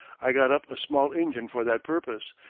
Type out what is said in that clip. i got up a small engine for that purpose,